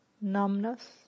numbness